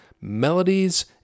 melodies